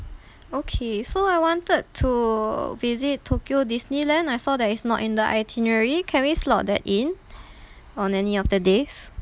okay so I wanted to visit tokyo Disneyland I saw that is not in the itinerary can we slot that in on any of the days